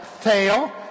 tail